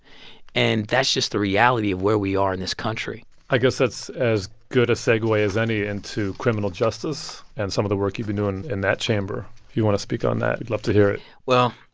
and that's just the reality of where we are in this country i guess that's as good a segue as any into criminal justice and some of the work you've been doing in that chamber. if you want to speak on that, we'd love to hear it well,